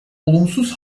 olumsuz